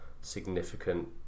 significant